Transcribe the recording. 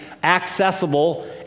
accessible